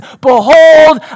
Behold